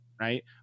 right